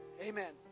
Amen